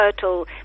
total